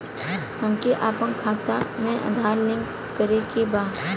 हमके अपना खाता में आधार लिंक करें के बा?